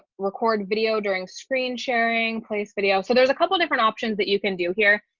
record video during screen sharing place video. so there's a couple and different options that you can do here.